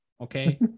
okay